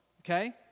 okay